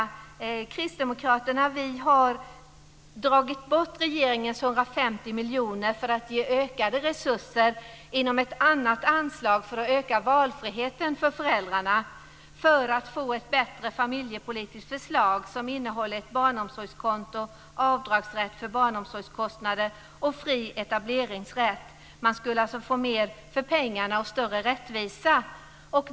Vi kristdemokrater har dragit bort regeringens 150 miljoner för att ge ökade resurser inom ett annat anslag för att öka valfriheten för föräldrarna och för att få ett bättre familjepolitiskt förslag som innehåller ett barnomsorgskonto, avdragsrätt för barnomsorgskostnader och fri etableringsrätt. Man skulle man få mer för pengarna och större rättvisa.